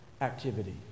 activity